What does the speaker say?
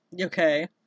Okay